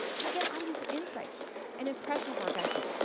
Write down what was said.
you'll get audience insights and impression forecasting,